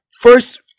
first